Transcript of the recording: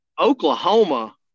Oklahoma